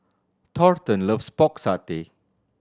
Thornton loves Pork Satay